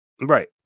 Right